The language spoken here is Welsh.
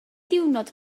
ddiwrnod